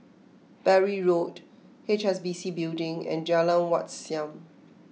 Bury Road H S B C Building and Jalan Wat Siam